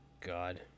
God